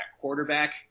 quarterback